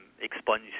expunge